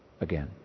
again